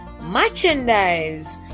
merchandise